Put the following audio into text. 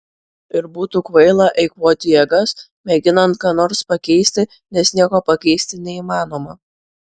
ir būtų kvaila eikvoti jėgas mėginant ką nors pakeisti nes nieko pakeisti neįmanoma